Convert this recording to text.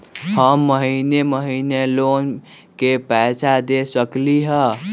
हम महिने महिने लोन के पैसा दे सकली ह?